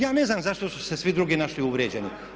Ja ne znam zašto su se svi drugi našli uvrijeđeni.